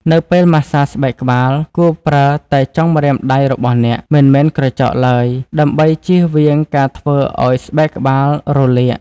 នៅពេលម៉ាស្សាស្បែកក្បាល គួរប្រើតែចុងម្រាមដៃរបស់អ្នក មិនមែនក្រចកឡើយ ដើម្បីជៀសវាងការធ្វើឲ្យស្បែកក្បាលរលាក។